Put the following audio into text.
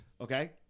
Okay